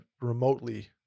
remotely